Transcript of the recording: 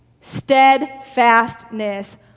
steadfastness